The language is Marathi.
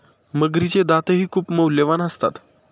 मगरीचे दातही खूप मौल्यवान असतात